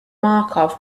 markov